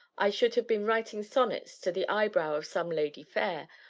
i should have been writing sonnets to the eyebrow of some ladye fayre,